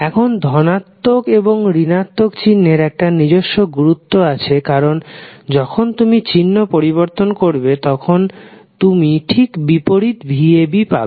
এখন ধনাত্মক এবং ঋণাত্মক চিহ্নের একটা নিজস্ব গুরুত্ত আছে কারণ যখন তুমি চিহ্ন পরিবর্তন করবে তখন তুমি ঠিক বিপরীত vab পাবে